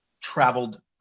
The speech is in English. traveled